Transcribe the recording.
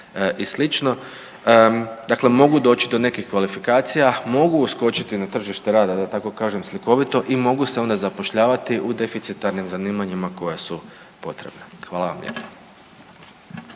i sl. dakle mogu doći do nekih kvalifikacija, mogu uskočiti na tržište rada, da tako kažem slikovito, i mogu se onda zapošljavati u deficitarnim zanimanjima koja su potrebna. Hvala vam lijepa.